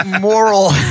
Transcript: moral